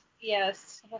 Yes